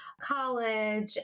college